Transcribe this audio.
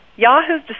Yahoo's